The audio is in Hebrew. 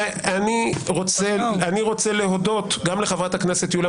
אני רוצה להודות גם לחברת הכנסת יוליה